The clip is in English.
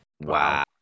Wow